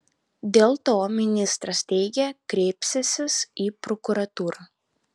dėl to ministras teigė kreipsiąsis į prokuratūrą